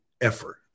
effort